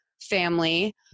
family